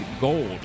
gold